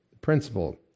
principle